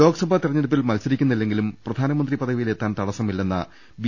ലോക്സഭാ തിരഞ്ഞെടുപ്പിൽ മത്സരിക്കുന്നില്ലെങ്കിലും പ്രധാനമന്ത്രി പദവിയിലെത്താൻ തടസ്സമില്ലെന്ന ബി